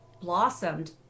blossomed